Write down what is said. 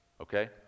Okay